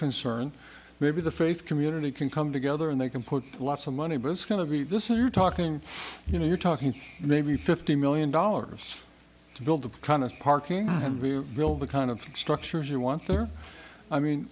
concerned maybe the faith community can come together and they can put lots of money but it's going to be this is you talking you know you're talking maybe fifty million dollars to build the kind of parking will the kind of structures you want or i mean